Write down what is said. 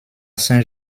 saint